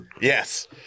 yes